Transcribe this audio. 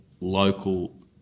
local